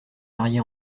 mariée